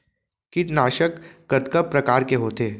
कीटनाशक कतका प्रकार के होथे?